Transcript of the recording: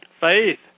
Faith